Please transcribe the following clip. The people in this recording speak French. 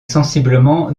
sensiblement